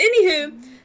anywho